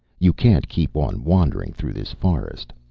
you can't keep on wandering through this forest.